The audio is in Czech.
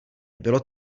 bylo